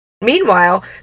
Meanwhile